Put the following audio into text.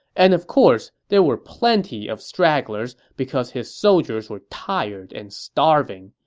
and of course, there were plenty of stragglers because his soldiers were tired and starving.